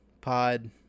pod